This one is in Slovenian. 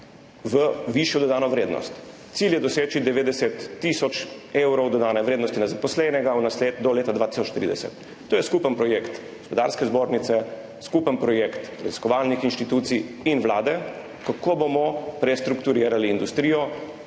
v višjo dodano vrednost. Cilj je doseči 90 tisoč evrov dodane vrednosti na zaposlenega do leta 2030. To je skupen projekt Gospodarske zbornice, skupen projekt raziskovalnih inštitucij in vlade, kako bomo prestrukturirali industrijo.